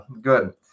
good